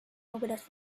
obras